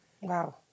Wow